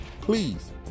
Please